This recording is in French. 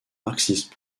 marxiste